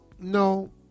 no